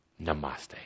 Namaste